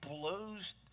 blows